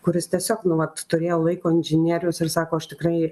kuris tiesiog nu vat turėjo laiko inžinierius ir sako aš tikrai